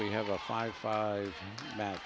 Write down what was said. we have a five five ma